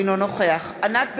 אינו נוכח ענת ברקו,